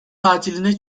tatiline